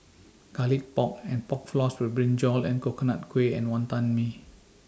Garlic Pork and Pork Floss with Brinjal Coconut Kuih and Wonton Mee